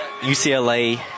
UCLA